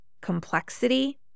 complexity